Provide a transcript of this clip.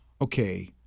okay